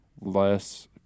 less